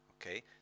Okay